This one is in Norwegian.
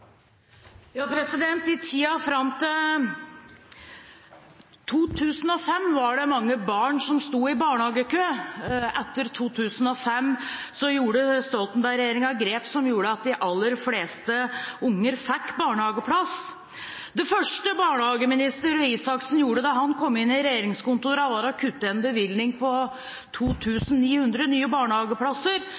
I tiden fram til 2005 var det mange barn som sto i barnehagekø. Etter 2005 gjorde Stoltenberg-regjeringen grep som gjorde at de aller fleste barn fikk barnehageplass. Det første barnehageminister Røe Isaksen gjorde da han kom inn i regjeringskontorene, var å kutte en bevilgning på 2 900 nye barnehageplasser,